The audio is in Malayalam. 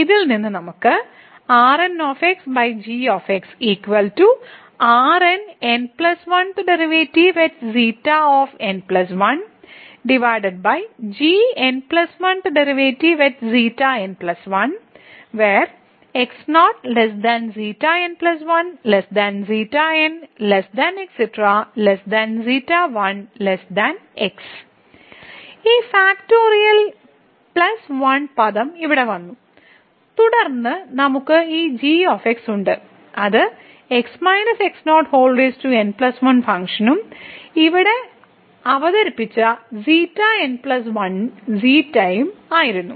ഇതിൽ നിന്ന് നമുക്ക് ഈ ഫാക്റ്റോറിയൽ പ്ലസ് 1 പദം ഇവിടെ വന്നു തുടർന്ന് നമുക്ക് ഈ g ഉണ്ട് അത് ഫംഗ്ഷനും ഇവിടെ അവതരിപ്പിച്ച ξn 1 ξ ഉം ആയിരുന്നു